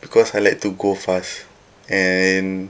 because I like to go fast and then